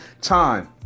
time